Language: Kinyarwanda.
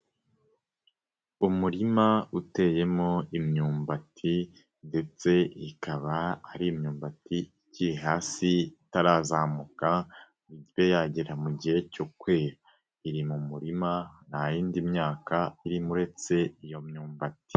Umurima uteyemo imyumbati ndetse ikaba ari imyumbati ikiri hasi itarazamuka ngo ibe yagera mu gihe cyo kwera. Iri mu murima, nta yindi myaka irimo uretse iyo myumbati.